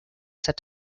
set